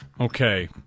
Okay